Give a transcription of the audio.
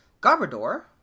Garbodor